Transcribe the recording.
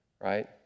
right